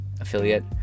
affiliate